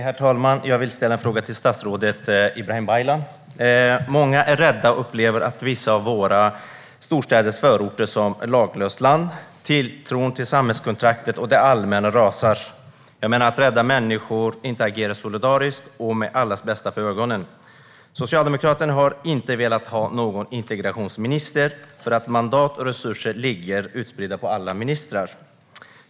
Herr talman! Jag vill ställa en fråga till statsrådet Ibrahim Baylan. Många är rädda och upplever vissa av våra storstäders förorter som laglöst land. Tilltron till samhällskontraktet och det allmänna rasar. Jag menar att rädda människor inte agerar solidariskt och med allas bästa för ögonen. Socialdemokraterna har inte velat ha någon integrationsminister för att mandat och resurser ska ligga utspridda på alla ministrar.